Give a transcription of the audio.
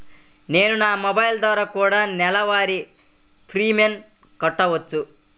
నేను నా మొబైల్ ద్వారా కూడ నెల వారి ప్రీమియంను కట్టావచ్చా?